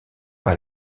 pas